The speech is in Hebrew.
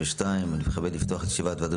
2023. אני מתכבד לפתוח את ישיבת ועדת